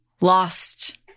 lost